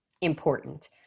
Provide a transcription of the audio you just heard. important